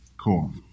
Cool